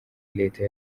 leta